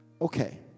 okay